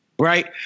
Right